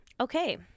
Okay